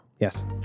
Yes